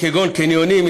כגון קניונים,